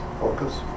Focus